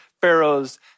Pharaoh's